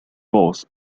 force